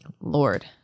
Lord